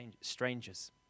strangers